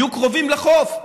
תהיה קרובה לחוף,